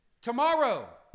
Tomorrow